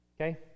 Okay